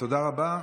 תודה רבה.